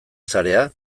zarea